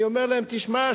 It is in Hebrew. אני אומר להם: תשמע,